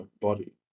body